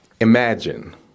Imagine